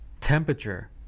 temperature